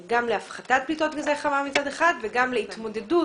להפחתת פליטות גזי חממה מצד אחד וגם להתמודדות